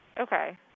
Okay